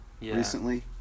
recently